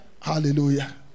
Hallelujah